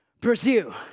Pursue